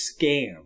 scam